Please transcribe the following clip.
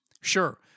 Sure